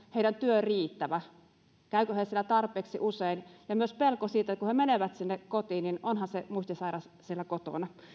heidän työnsä riittävä käyvätkö he siellä tarpeeksi usein ja myös pelko siitä että kun he menevät sinne kotiin niin onhan se muistisairas siellä kotona